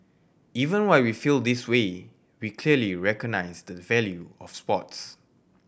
even while we feel this way we clearly recognise the value of sports